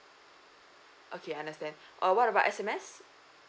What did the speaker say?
okay understand uh what about S_M_S